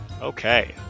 Okay